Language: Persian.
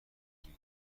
بگیر